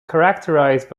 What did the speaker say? characterized